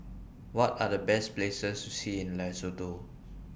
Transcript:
What Are The Best Places to See in Lesotho